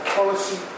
policy